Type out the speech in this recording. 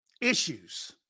issues